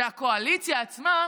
שהקואליציה עצמה,